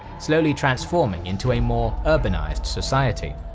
slowly transforming into a more urbanized society.